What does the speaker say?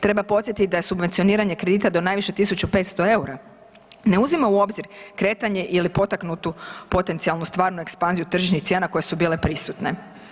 Treba podsjetiti da je subvencioniranje kredita do najviše 1500 eura, ne uzima u obzir kretanje ili potaknutu potencijalnu stvarnu ekspanziju tržišnih cijena koje su bile prisutne.